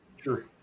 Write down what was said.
sure